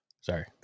sorry